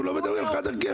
אנחנו לא מדברים על חד ערכי,